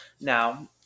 Now